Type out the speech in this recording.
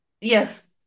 Yes